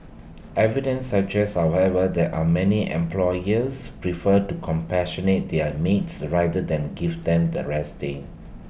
evidence suggests however there are many employers prefer to compassionate their maids rather than give them that rest day